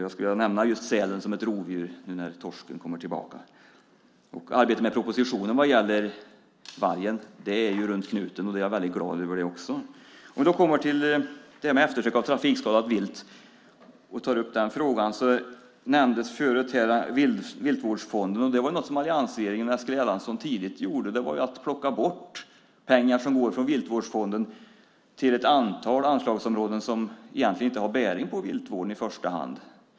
Jag vill nämna sälen som ett rovdjur nu när torsken kommer tillbaka. Arbetet med propositionen vad gäller vargen är runt knuten; det är jag glad för. När det gäller eftersök av trafikskadat vilt nämndes förut Viltvårdsfonden. Något som alliansregeringen och Eskil Erlandsson tidigt gjorde var att plocka bort pengar som gick från Viltvårdsfonden till ett antal anslagsområden som egentligen inte hade bäring på viltvården i första hand.